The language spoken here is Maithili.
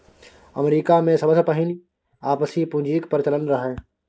अमरीकामे सबसँ पहिने आपसी पुंजीक प्रचलन रहय